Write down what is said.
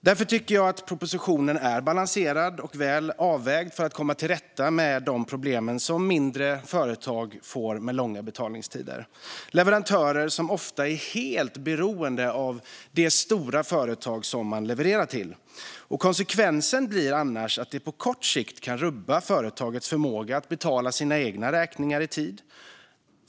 Därför tycker jag att propositionen är balanserad och väl avvägd för att komma till rätta med de problem som mindre företag får med långa betalningstider. Det här är leverantörer som ofta är helt beroende av de stora företag som de levererar till. Konsekvensen blir annars att detta på kort sikt kan rubba företagets förmåga att betala sina egna räkningar i tid.